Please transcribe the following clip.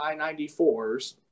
I-94s